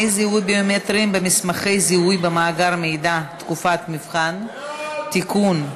זיהוי ביומטריים במסמכי זיהוי ובמאגר מידע (תקופת מבחן) (תיקון),